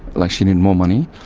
like she needed more money.